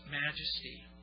majesty